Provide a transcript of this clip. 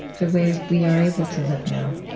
the way we are able to live now.